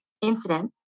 incident